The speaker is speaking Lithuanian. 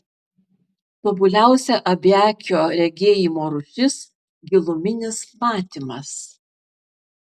tobuliausia abiakio regėjimo rūšis giluminis matymas